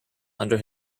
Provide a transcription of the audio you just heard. under